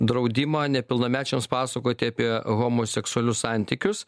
draudimą nepilnamečiams pasakoti apie homoseksualius santykius